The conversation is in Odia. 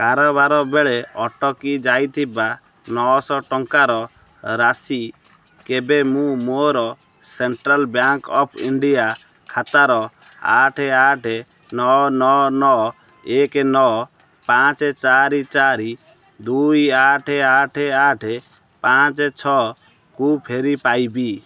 କାରବାର ବେଳେ ଅଟକି ଯାଇଥିବା ନଅଶହ ଟଙ୍କାର ରାଶି କେବେ ମୁଁ ମୋର ସେଣ୍ଟ୍ରାଲ୍ ବ୍ୟାଙ୍କ୍ ଅଫ୍ ଇଣ୍ଡିଆ ଖାତାର ଆଠ ଆଠ ନଅ ନଅ ନଅ ଏକ ନଅ ପାଞ୍ଚ ଚାରି ଚାରି ଦୁଇ ଆଠ ଆଠ ଆଠ ପାଞ୍ଚ ଛଅକୁ ଫେରି ପାଇବି